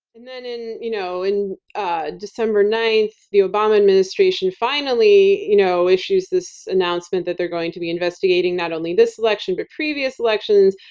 and then in you know in ah december nine, the obama administration finally you know issues this announcement that they're going to be investigating not only this election but previous elections,